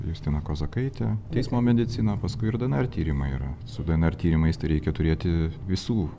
justina kozakaitė teismo medicina o paskui ir dnr tyrimai yra su dnr tyrimais tai reikia turėti visų